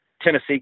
Tennessee